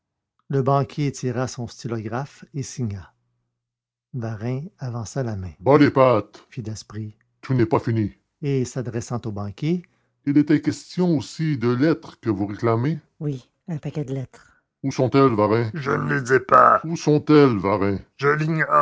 le banquier tira son stylographe et signa varin avança la main bas les pattes fit daspry tout n'est pas fini et s'adressant au banquier il était question aussi de lettres que vous réclamez oui un paquet de lettres où sont-elles varin je ne les ai pas où sont-elles varin je